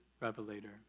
revelator